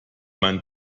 man